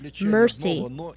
mercy